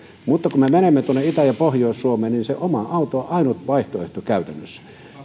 mutta kun me menemme tuonne itä ja pohjois suomeen niin se oma auto on ainut vaihtoehto käytännössä